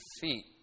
feet